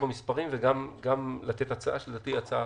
במספרים וגם לתת הצעה, שלדעתי היא הצעה